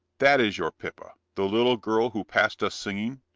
that is your pippa, the little girl who passed us singling?